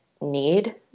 need